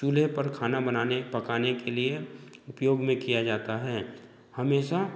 चूल्हे पर खाना बनाने पकाने के लिए उपयोग में किया जाता है हमेशा